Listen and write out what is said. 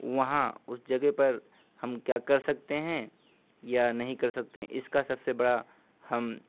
وہاں اس جگہ پر ہم کیا کر سکتے ہیں یا نہیں کر سکتے اس کا سب سے بڑا ہم